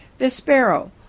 Vespero